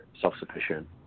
self-sufficient